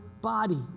body